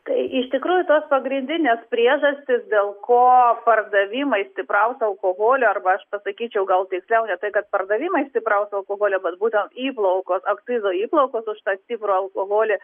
tai iš tikrųjų tos pagrindinės priežastys dėl ko pardavimai stipraus alkoholio arba aš pasakyčiau gal tiksliau ne tai kad pardavimai stipraus alkoholio bet būtent įplaukos akcizo įplaukos už tą stiprų alkoholį